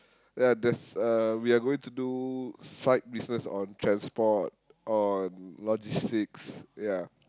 ya there's uh we are going to do side business on transport on logistics ya